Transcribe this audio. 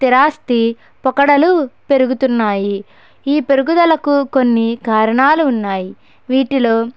స్థిరాస్తి పోకడలు పెరుగుతున్నాయి ఈ పెరుగుదలకు కొన్ని కారణాలు ఉన్నాయి వీటిలో